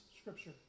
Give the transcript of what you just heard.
scripture